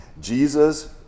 Jesus